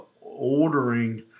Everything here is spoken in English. ordering